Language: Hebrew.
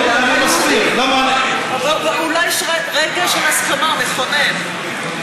מסביר, אולי יש רגע של הסכמה, מכונן.